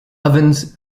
ovens